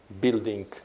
building